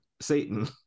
Satan